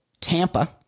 Tampa